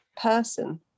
person